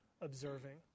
observing